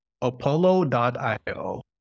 Apollo.io